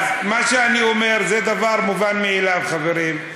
אז מה שאני אומר זה דבר מובן מאליו, חברים.